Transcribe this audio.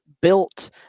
built